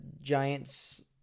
Giants